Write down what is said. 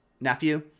nephew